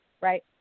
right